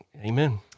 Amen